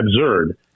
absurd